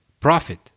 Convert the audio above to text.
profit